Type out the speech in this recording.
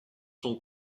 son